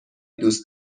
دوست